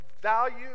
value